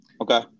Okay